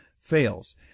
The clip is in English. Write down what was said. fails